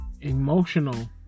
emotional